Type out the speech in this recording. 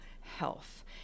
health